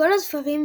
בכל הספרים,